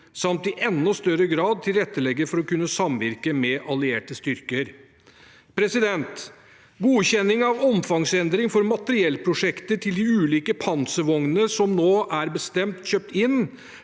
vi i enda større grad tilrettelegger for å kunne samvirke med allierte styrker. Godkjenning av omfangsendring for materiellprosjekter til de ulike panservognene som nå er bestemt kjøpt inn,